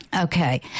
Okay